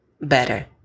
better